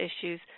issues